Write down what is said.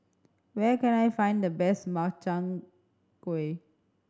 where can I find the best Makchang Gui